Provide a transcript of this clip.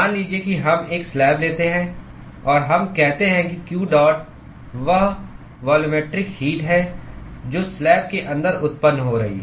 मान लीजिए कि हम एक स्लैब लेते हैं और हम कहते हैं कि q डॉट वह वॉल्यूमेट्रिक हीट है जो स्लैब के अंदर उत्पन्न हो रही है